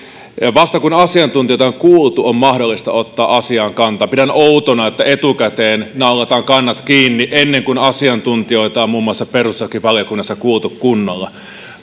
vasta kun asiantuntijoita on kuultu on mahdollista ottaa asiaan kantaa pidän outona että etukäteen naulataan kannat kiinni ennen kuin asiantuntijoita on muun muassa perustuslakivaliokunnassa kuultu kunnolla